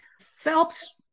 Phelps